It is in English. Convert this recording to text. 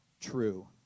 true